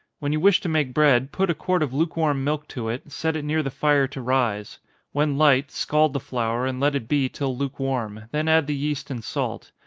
when you wish to make bread, put a quart of lukewarm milk to it, set it near the fire to rise when light, scald the flour, and let it be till lukewarm then add the yeast and salt.